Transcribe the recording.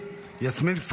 יסמין.